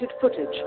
footage